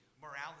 morality